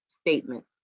statement